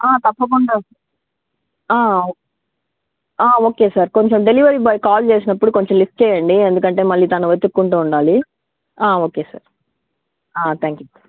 తప్పకుండా okay okay sir కొంచెం delivery boy call చేసినప్పుడు కొంచెం లిఫ్ట్ చెయ్యండి ఎందుకంటే మళ్ళీ తను వెతుక్కుంటూ ఉండాలి ఓకే సార్ థ్యాంక్ యూ